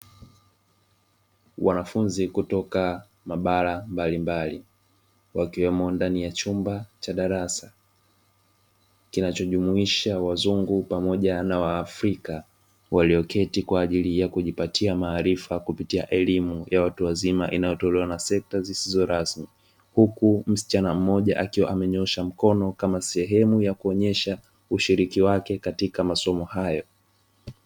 Wanafunzi kutoka mabara mbalimbali wakiwemo ndani ya chumba cha darasa, kinachojumuisha wazungu pamoja na waafrika, walioketi kwaajili ya kujipatia maarifa kupitia elimu ya watu wazima inayotelewa na sekta zisizo rasmi, huku msichana mmoja akiwa amenyoosha mkono kama sehemu ya kuonyesha ushiriki wake katika masomo hayo.